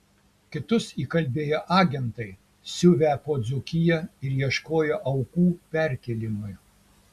kitus įkalbėjo agentai siuvę po dzūkiją ir ieškoję aukų perkėlimui